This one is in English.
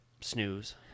snooze